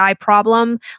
problem